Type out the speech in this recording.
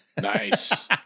Nice